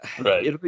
right